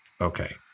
okay